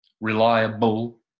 reliable